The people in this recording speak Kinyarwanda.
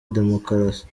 demokarasi